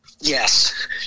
Yes